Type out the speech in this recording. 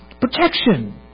protection